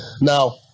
now